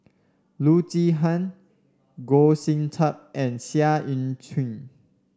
Loo Zihan Goh Sin Tub and Seah Eu Chin